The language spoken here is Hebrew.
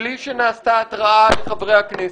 מבלי שנעשתה התראה לחברי הכנסת,